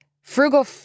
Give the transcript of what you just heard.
Frugal